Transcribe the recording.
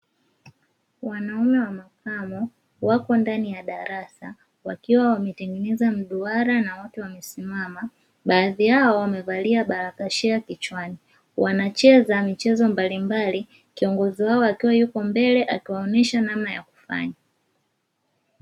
Wanaume wa makamo wako ndani ya darasa wakiwa wametengeneza mduara na wote wamesimama, baadhi yao wamevalia barakashea kichwani, wanacheza michezo mbalimbali kiongozi wao akiwa yuko mbele akiwaonyesha namna ya kufanya.